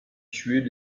tuer